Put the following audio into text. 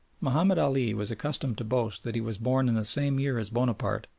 mahomed ali was accustomed to boast that he was born in the same year as bonaparte,